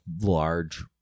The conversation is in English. large